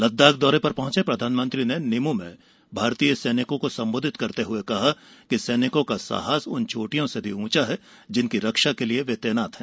लद्दाख दौरे पर पहुंचे प्रधानमंत्री ने निमू में भारतीय सैनिकों को सम्बोधित करते हुए कहा कि सैनिकों का साहस उन चोटियों से भी उंचा है जिनकी रक्षा के लिए ये तैनात हैं